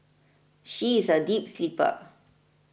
she is a deep sleeper